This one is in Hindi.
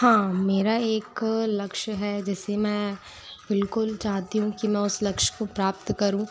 हाँ मेरा एक लक्ष्य है जिसे मैं बिल्कुल चाहती हूँ कि मैं उस लक्ष्य को प्राप्त करूँ